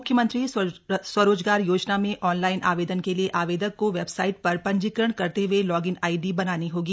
म्ख्यमंत्री स्वरोजगार योजना में ऑनलाइन आवेदन के लिए आवेदक को वेबसाइट पर पंजीकरण करते हुए लॉग इन आईडी बनानी होगी